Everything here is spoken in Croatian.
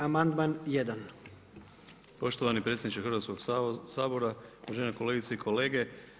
Amandman 1. Poštovani predsjedniče Hrvatskog sabora, uvažene kolegice i kolege.